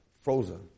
frozen